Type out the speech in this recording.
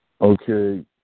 Okay